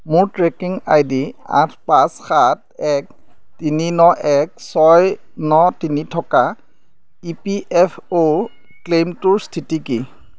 মোৰ tracking I D আঠ পাঁচ সাত এক তিনি ন এক ছয় ন তিনি থকা ই পি এফ অ' ক্লেইমটোৰ স্থিতি কি